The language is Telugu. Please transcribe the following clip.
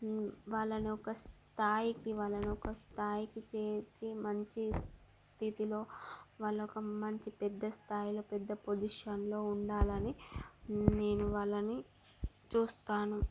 వాళ్లను ఒక స్థాయికి వాళ్లను ఒక స్థాయికి చేర్చి మంచి స్థితిలో వాళ్లొక మంచి పెద్ద స్థాయిలో పెద్ద పొజిషన్లో ఉండాలని నేను వాళ్లని చూస్తాను